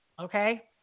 Okay